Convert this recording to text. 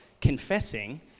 confessing